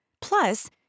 Plus